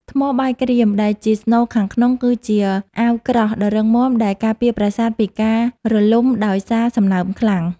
ថ្មបាយក្រៀមដែលជាស្នូលខាងក្នុងគឺជាអាវក្រោះដ៏រឹងមាំដែលការពារប្រាសាទពីការរលំដោយសារសំណើមខ្លាំង។